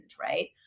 right